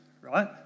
right